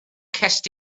cest